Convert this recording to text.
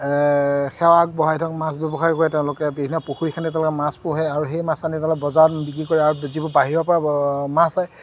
সেৱা আগবঢ়াই থয় মাছ ব্যৱসায় কৰে তেওঁলোকে বিভিন্ন পুখুৰী খান্দি তেওঁলোকে মাছ পোহে আৰু সেই মাছ আনি তেওঁলোকে বজাৰত বিক্ৰী কৰে আৰু যিবোৰ বাহিৰৰ পৰা মাছ